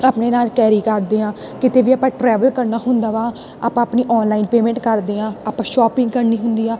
ਆਪਣੇ ਨਾਲ ਕੈਰੀ ਕਰਦੇ ਹਾਂ ਕਿਤੇ ਵੀ ਆਪਾਂ ਟਰੈਵਲ ਕਰਨਾ ਹੁੰਦਾ ਵਾ ਆਪਾਂ ਆਪਣੀ ਔਨਲਾਈਨ ਪੇਮੈਂਟ ਕਰਦੇ ਹਾਂ ਆਪਾਂ ਸ਼ੋਪਿੰਗ ਕਰਨੀ ਹੁੰਦੀ ਆ